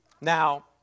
Now